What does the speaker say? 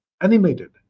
Animated